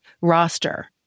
roster